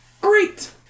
Great